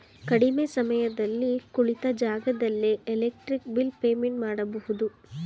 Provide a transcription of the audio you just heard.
ಕಡಿಮೆ ಸಮಯದಲ್ಲಿ ಕುಳಿತ ಜಾಗದಲ್ಲೇ ಎಲೆಕ್ಟ್ರಿಕ್ ಬಿಲ್ ಪೇಮೆಂಟ್ ಮಾಡಬಹುದು